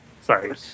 Sorry